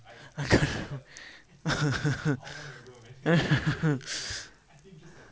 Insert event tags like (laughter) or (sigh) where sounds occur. (laughs) (laughs) (laughs)